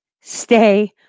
stay